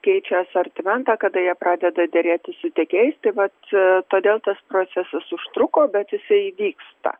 keičia asortimentą kada jie pradeda derėti su tiekėjais tai vat todėl tas procesas užtruko bet jisai vyksta